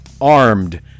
armed